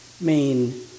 main